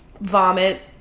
vomit